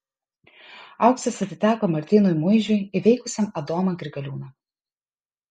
auksas atiteko martynui muižiui įveikusiam adomą grigaliūną